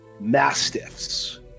mastiffs